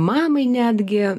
mamai netgi